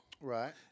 right